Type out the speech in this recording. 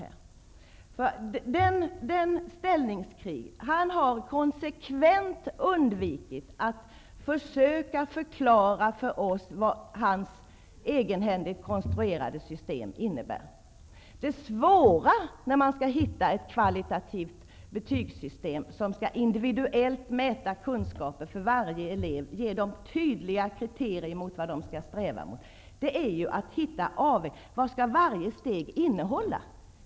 Han har konsekvent undvikit att försöka förklara för oss vad hans egenhändigt konstruerade system innebär. Det svåra när man skall skapa ett kvalitativt betygssystem som skall mäta kunskaper för varje enskild elev och som ger dem tydliga kriterier för vad de skall sträva efter, är att göra avvägningar och fatta beslut om vad varje steg skall motsvara.